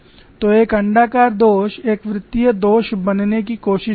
तो एक अण्डाकार दोष एक वृत्तीय दोष बनने की कोशिश करेगा